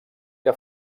que